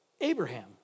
Abraham